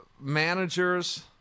managers